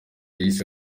yise